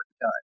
done